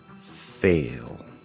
Fail